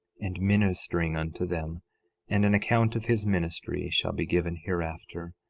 and ministering unto them and an account of his ministry shall be given hereafter.